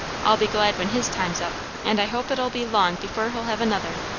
i'll be glad when his time's up and i hope it'll be long before he'll have another.